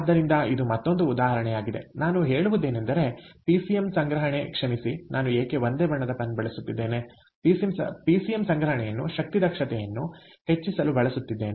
ಆದ್ದರಿಂದ ಇದು ಮತ್ತೊಂದು ಉದಾಹರಣೆಯಾಗಿದೆ ನಾನು ಹೇಳುವುದೇನೆಂದರೆ ಪಿಸಿಎಂ ಸಂಗ್ರಹಣೆ ಕ್ಷಮಿಸಿ ನಾನು ಏಕೆ ಒಂದೇ ಬಣ್ಣದ ಪೆನ್ ಬಳಸುತ್ತಿದ್ದೇನೆ ಪಿಸಿಎಂ ಸಂಗ್ರಹಣೆಯನ್ನು ಶಕ್ತಿ ದಕ್ಷತೆಯನ್ನು ಹೆಚ್ಚಿಸಲು ಬಳಸುತ್ತಿದ್ದೇನೆ